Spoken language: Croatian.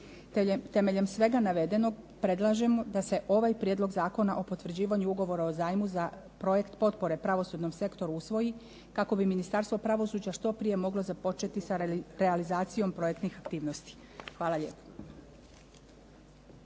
Temeljem svega navedenog predlažemo da se ovaj prijedlog Zakona o potvrđivanju Ugovora o zajmu za projekt potpore pravosudnom sektoru usvoji, kako bi Ministarstvo pravosuđa što prije moglo započeti sa realizacijom projektnih aktivnosti. Hvala lijepo.